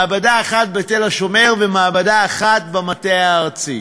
מעבדה אחת בתל-השומר ומעבדה אחת במטה הארצי.